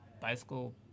bicycle